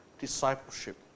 discipleship